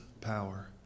power